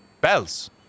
Bell's